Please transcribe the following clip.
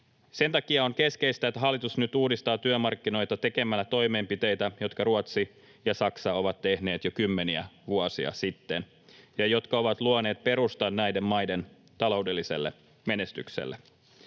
Sen takia on keskeistä, että hallitus nyt uudistaa työmarkkinoita tekemällä toimenpiteitä, jotka Ruotsi ja Saksa ovat tehneet jo kymmeniä vuosia sitten ja jotka ovat luoneet perustan näiden maiden taloudelliselle menestykselle.